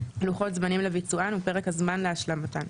לוחות הזמנים לביצוען ופרק הזמן להשלמתן,